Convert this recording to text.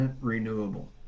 renewable